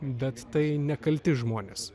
bet tai nekalti žmonės